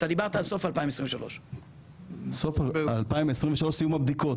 אתה דיברת על סוף 2023. סוף 2023 סוף סיום הבדיקות,